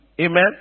Amen